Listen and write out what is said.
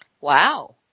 Wow